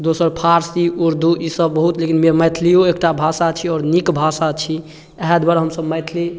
दोसर फारसी उर्दू ईसब बहुत नीक मैथिलिओ एकटा भाषा छी आओर नीक भाषा छी इएह दुआरे हमसब मैथिली